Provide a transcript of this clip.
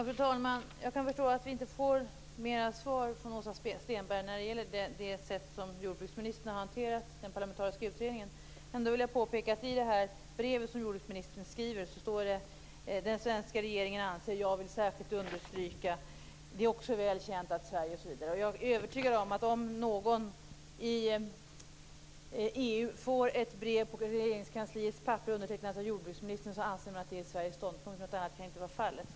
Fru talman! Jag kan förstå att vi inte får något mer svar från Åsa Stenberg när det gäller jordbruksministerns sätt att hantera den parlamentariska utredningen. Jag vill ändå påpeka att det i jordbruksministerns brev står följande: Den svenska regeringen anser -. Jag vill särskilt understryka -. Det är också väl känt att Sverige -. Om någon i EU får ett brev på Regeringskansliets papper undertecknat av jordbruksministern anser man att det är Sveriges ståndpunkt. Något annat kan inte vara fallet.